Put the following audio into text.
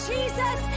Jesus